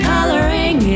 Coloring